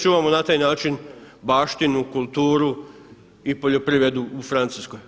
Čuvamo na taj način baštinu, kulturu i poljoprivredu u Francuskoj.